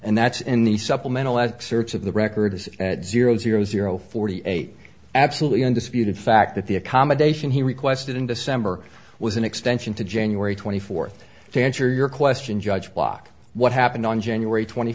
and that's in the supplemental excerpts of the record as zero zero zero forty eight absolutely undisputed fact that the accommodation he requested in december was an extension to january twenty fourth to answer your question judge block what happened on january twenty